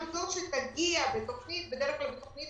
גם זו שתגיע בתוכנית בדרך כלל בתוכנית